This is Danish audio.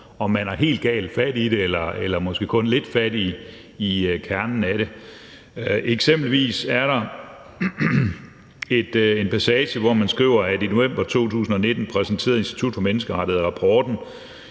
om man har helt galt fat i det eller måske kun lidt fat i kernen af det. Eksempelvis er der en passage, hvor man skriver, at Institut for Menneskerettigheder